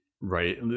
right